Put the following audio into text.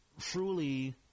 truly